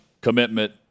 commitment